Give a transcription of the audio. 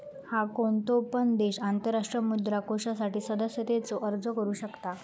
हा, कोणतो पण देश आंतरराष्ट्रीय मुद्रा कोषासाठी सदस्यतेचो अर्ज करू शकता